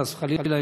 חס וחלילה,